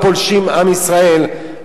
עם ישראל,